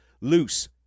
Loose